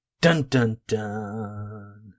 Dun-dun-dun